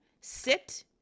sit